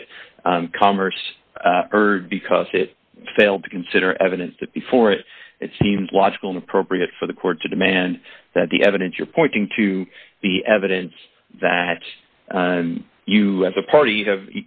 that commerce heard because it failed to consider evidence that before it it seems logical and appropriate for the court to demand that the evidence you're pointing to be evidence that you as a party